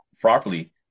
properly